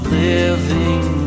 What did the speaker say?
living